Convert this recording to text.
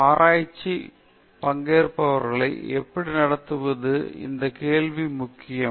ஆராய்ச்சியில் பங்கேற்பாளர்களை எப்படி நடத்துவது இந்த கேள்விகளுக்கு முக்கியம்